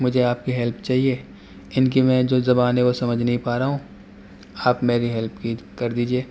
مجھے آپ کی ہلپ چاہیے ان کی میں جو زبان ہے وہ سمجھ نہیں پا رہا ہوں آپ میری ہلپ کیجیے کر دیجیے